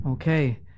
okay